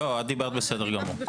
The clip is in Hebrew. לא, את דיברת בסדר גמור.